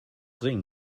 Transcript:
ringen